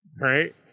Right